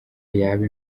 yaba